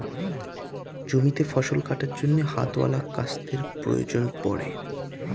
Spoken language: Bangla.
জমিতে ফসল কাটার জন্য হাতওয়ালা কাস্তের প্রয়োজন পড়ে